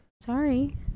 Sorry